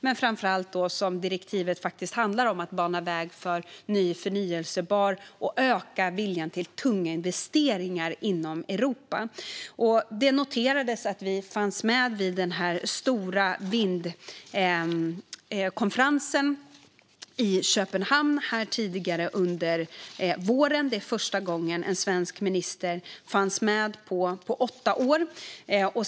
Men framför allt handlar direktivet om att bana väg för ny förnybar energi och öka viljan till tunga investeringar inom Europa. Vi var med vid den stora vindkonferensen i Köpenhamn tidigare under våren. Det var första gången på åtta år som en svensk minister fanns med.